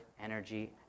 energy